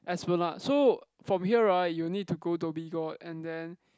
Esplanade so from here right you need to go Dhoby-Ghaut and then